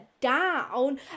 down